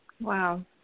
Wow